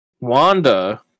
Wanda